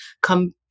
come